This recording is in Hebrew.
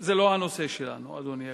זה לא הנושא שלנו, אדוני.